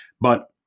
But-